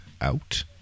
out